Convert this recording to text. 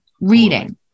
reading